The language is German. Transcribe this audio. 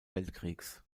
weltkriegs